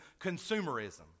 consumerism